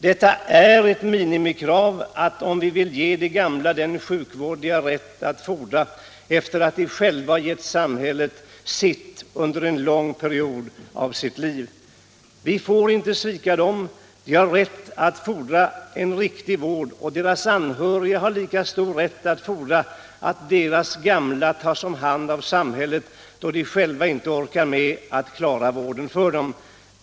Detta är ett minimikrav, om vi vill ge de gamla den sjukvård de har rätt att fordra efter att de själva gett samhället sitt under en lång tid av sitt liv. Vi får inte svika dem. De har rätt att fordra en riktig vård, och deras anhöriga har lika stor rätt att fordra att deras gamla tas om hand av samhället när de själva inte orkar med att klara vården av dem.